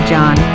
John